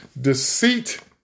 deceit